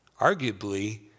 Arguably